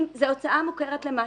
זאת הוצאה מוכרת במס,